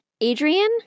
Adrian